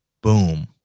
boom